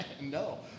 No